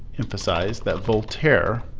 emphasized that voltaire